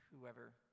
whoever